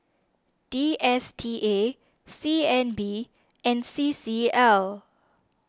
D S T A C N B and C C L